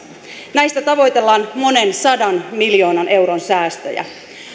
näistä tavoitellaan monen sadan miljoonan euron säästöjä